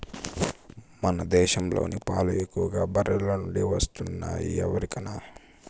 మన దేశంలోని పాలు ఎక్కువగా బర్రెల నుండే వస్తున్నాయి ఎరికనా